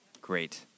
Great